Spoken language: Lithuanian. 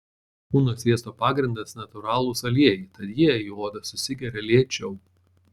kūno sviesto pagrindas natūralūs aliejai tad jie į odą susigeria lėčiau